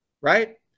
Right